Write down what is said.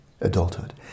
Adulthood